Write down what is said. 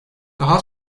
daha